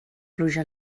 pluja